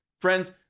Friends